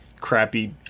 crappy